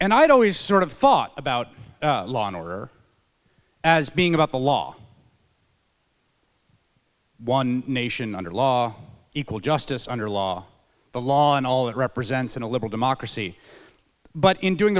had always sort of thought about law and order as being about the law one nation under law equal justice under law the law and all it represents in a liberal democracy but in doing